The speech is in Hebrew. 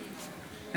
שקלים,